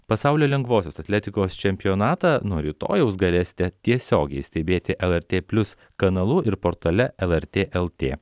pasaulio lengvosios atletikos čempionatą nuo rytojaus galėsite tiesiogiai stebėti lrt plius kanalu ir portale lrt lt